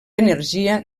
energia